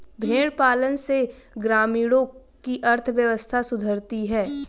भेंड़ पालन से ग्रामीणों की अर्थव्यवस्था सुधरती है